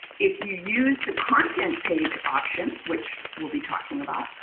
if you use the content page option which we'll be talking about,